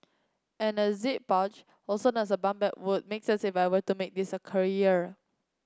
and the zip pouch also as a bum bag would make sense if I were to make this a career